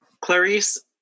Clarice